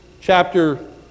chapter